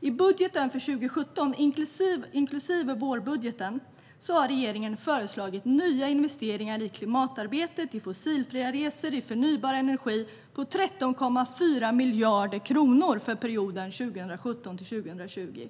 I budgeten för 2017, inklusive vårbudgeten, har regeringen föreslagit nya investeringar i klimatarbetet, fossilfria resor och förnybar energi på 13,4 miljarder kronor för perioden 2017-2020.